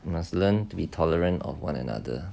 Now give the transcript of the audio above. you must learn to be tolerant of one another